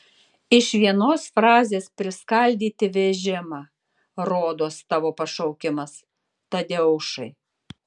iš vienos frazės priskaldyti vežimą rodos tavo pašaukimas tadeušai